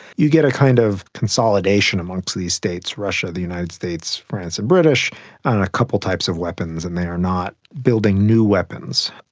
you get a kind of consolidation amongst these states, russia, the united states, france and british, and a couple of types of weapons, and they are not building new weapons.